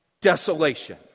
desolation